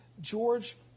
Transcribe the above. George